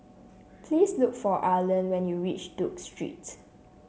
please look for Erland when you reach Duke Street